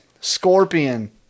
Scorpion